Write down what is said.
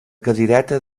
cadireta